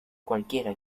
cualquiera